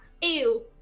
Ew